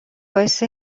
باعث